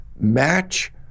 match